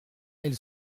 elle